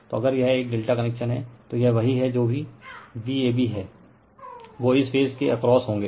तो अगर यह एक ∆ कनेक्शन हैं तो यह वही हैं जो भी Vab हैं वो इस फेज के अक्रॉस होंगे